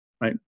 right